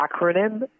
acronym